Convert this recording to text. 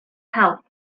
help